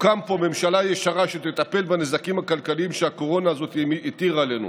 תוקם פה ממשלה ישרה שתטפל בנזקים הכלכליים שהקורונה הזאת המטירה עלינו.